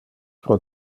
pro